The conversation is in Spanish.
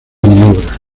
maniobra